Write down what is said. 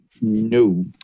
No